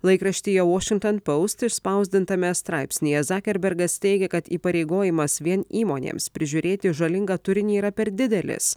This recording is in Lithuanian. laikraštyje washington post išspausdintame straipsnyje zakerbergas teigia kad įpareigojimas vien įmonėms prižiūrėti žalingą turinį yra per didelis